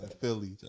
Philly